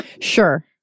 Sure